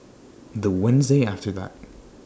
The Wednesday after that